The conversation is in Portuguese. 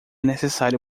necessário